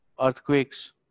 earthquakes